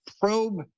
probe